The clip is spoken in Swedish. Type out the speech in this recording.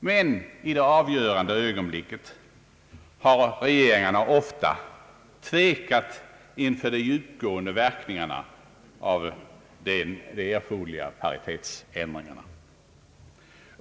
Men i det avgörande ögon blicket har regeringarna ofta tvekat inför de djupgående verkningarna av de erforderliga paritetsändringarna.